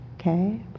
Okay